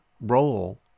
role